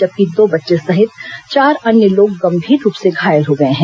जबकि दो बच्चे सहित चार अन्य लोग गंभीर रूप से घायल हो गए हैं